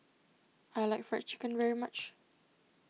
I like Fried Chicken very much